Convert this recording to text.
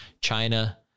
China